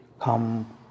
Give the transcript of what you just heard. come